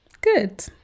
Good